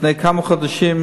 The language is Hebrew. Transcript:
לפני כמה חודשים,